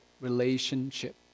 relationship